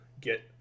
get